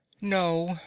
No